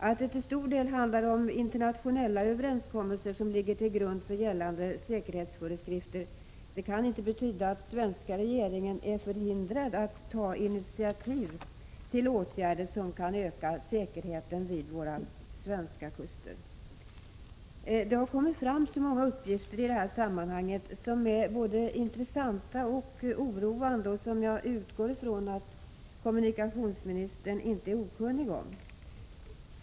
Att det till stor del är internationella överenskommelser som ligger till grund för gällande säkerhetsföreskrifter kan inte betyda att den svenska regeringen är förhindrad att ta initiativ till åtgärder som kan öka säkerheten vid våra svenska kuster. Det har kommit fram så många uppgifter i detta sammanhang som är både intressanta och oroande och som jag utgår ifrån att kommunikationsministern inte är okunnig om.